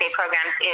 programs